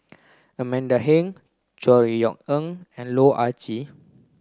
Amanda Heng Chor Yeok Eng and Loh Ah Gee